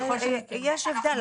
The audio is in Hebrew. יש הבדל.